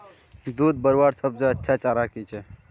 दूध बढ़वार सबसे अच्छा चारा की छे?